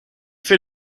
fait